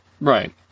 Right